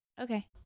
Okay